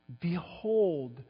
Behold